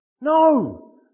No